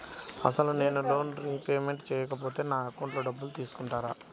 అసలు నేనూ loan repayment చేయకపోతే నా అకౌంట్లో డబ్బులు తీసుకుంటారా?